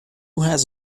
has